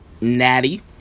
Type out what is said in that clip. Natty